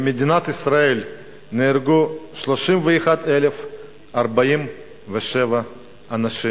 במדינת ישראל נהרגו 31,047 אנשים.